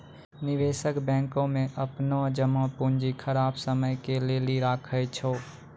निवेशक बैंको मे अपनो जमा पूंजी खराब समय के लेली राखै छै